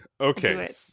Okay